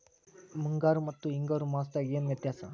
ಮುಂಗಾರು ಮತ್ತ ಹಿಂಗಾರು ಮಾಸದಾಗ ಏನ್ ವ್ಯತ್ಯಾಸ?